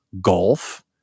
golf